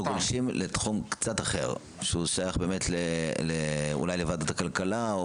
אנחנו גולשים לתחום קצת אחר שהוא שייך אולי לוועדת הכלכלה.